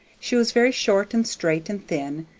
she was very short and straight and thin,